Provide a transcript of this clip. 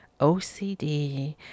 OCD